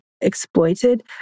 exploited